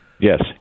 Yes